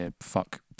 fuck